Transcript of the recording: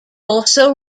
also